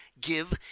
give